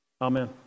Amen